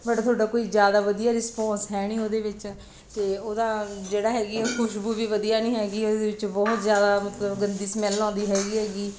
but ਤੁਹਾਡਾ ਕੋਈ ਜ਼ਿਆਦਾ ਵਧੀਆ ਰਿਸਪੋਂਸ ਹੈ ਨਹੀਂ ਉਹਦੇ ਵਿੱਚ ਅਤੇ ਉਹਦਾ ਜਿਹੜਾ ਹੈਗੀ ਉਹ ਖੁਸ਼ਬੂ ਵੀ ਵਧੀਆ ਨਹੀਂ ਹੈਗੀ ਉਹਦੇ ਵਿੱਚ ਬਹੁਤ ਜ਼ਿਆਦਾ ਮਤਲਬ ਗੰਦੀ ਸਮੈੱਲ ਆਉਂਦੀ ਹੈਗੀ ਐਗੀ